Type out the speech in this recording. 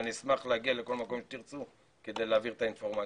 ואני אשמח להגיע לכל מקום שתרצו כדי להעביר את האינפורמציה.